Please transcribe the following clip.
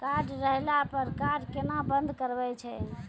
Card हेरैला पर card केना बंद करबै छै?